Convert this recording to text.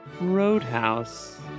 roadhouse